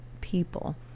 people